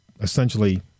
essentially